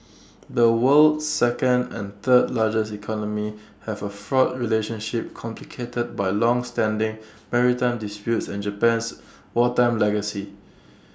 the world's second and third largest economies have A fraught relationship complicated by longstanding maritime disputes and Japan's wartime legacy